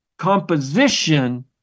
composition